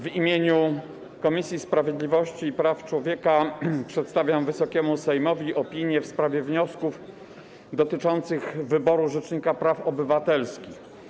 W imieniu Komisji Sprawiedliwości i Praw człowieka przedstawiam Wysokiemu Sejmowi opinię w sprawie wniosków dotyczących wyboru rzecznika praw obywatelskich.